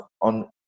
on